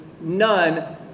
none